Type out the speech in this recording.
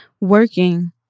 working